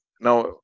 Now